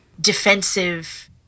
defensive